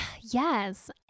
Yes